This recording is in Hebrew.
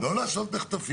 לא לעשות מחטפים בקואליציה.